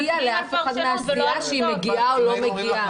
גם לא הודיעה לאף אחד מהסיעה שהיא מגיעה או לא מגיעה.